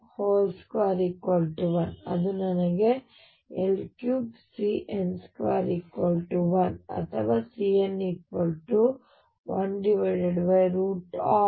r21 ಮತ್ತು ಅದು ನನಗೆ L3CN21 ಅಥವಾ CN1L3